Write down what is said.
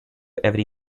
every